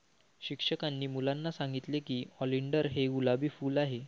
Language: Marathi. शिक्षकांनी मुलांना सांगितले की ऑलिंडर हे गुलाबी फूल आहे